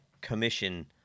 commission